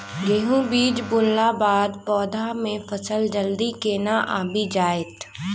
गेंहूँ बीज बुनला बाद पौधा मे फसल जल्दी केना आबि जाइत?